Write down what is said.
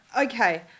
Okay